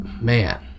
man